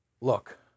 look